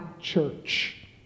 church